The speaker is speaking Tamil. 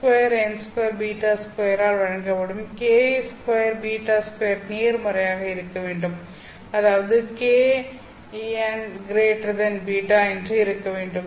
k2n2 β2 ஆல் வழங்கப்படும் k 2 β2 நேர்மறையாக இருக்க வேண்டும் அதாவது k n β என்று இருக்கவேண்டும்